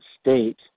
state